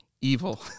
Evil